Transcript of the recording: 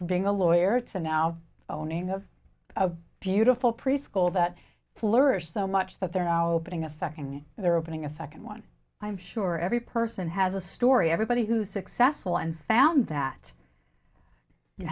from being a lawyer to now owning of a beautiful preschool that flourished so much that they're now opening a second they're opening a second one i'm sure every person has a story everybody who successful and found that